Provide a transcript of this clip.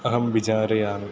अहं विचारयामि